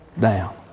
down